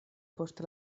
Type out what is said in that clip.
post